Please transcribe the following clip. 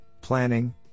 planning